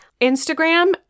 Instagram